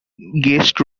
guest